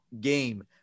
game